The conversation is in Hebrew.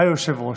היושב-ראש.